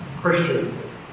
Christian